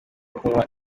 kunywa